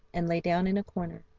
and lay down in a corner.